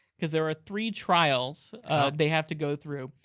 cause there are three trials they have to go through.